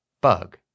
Bug